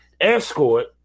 Escort